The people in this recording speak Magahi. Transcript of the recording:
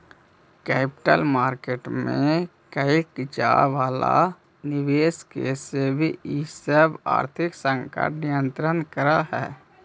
कैपिटल मार्केट में कैइल जाए वाला निवेश के सेबी इ सब आर्थिक संस्थान नियंत्रित करऽ हई